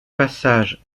passage